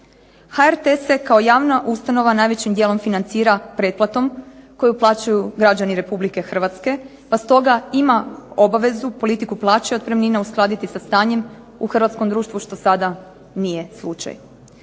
HRT se kao javna ustanova najvećim dijelom financira pretplatom koju plaćaju građani republike Hrvatske pa stoga ima obvezu politiku plaća i otpremnina uskladiti sa stanjem u hrvatskom društvu što sada nije slučaj.